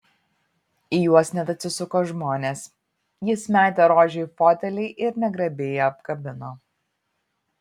į juos net atsisuko žmonės jis metė rožę į fotelį ir negrabiai ją apkabino